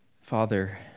Father